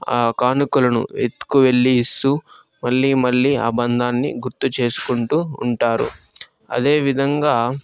ఆ కానుకలు ఎత్తుకువెళ్ళి ఇస్తూ మళ్ళీ మళ్ళీ ఆ బంధాన్ని గుర్తుచేసుకుంటూ ఉంటారు అదేవిధంగా